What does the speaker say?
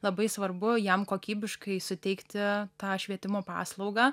labai svarbu jam kokybiškai suteikti tą švietimo paslaugą